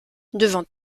devant